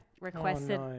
requested